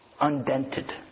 Undented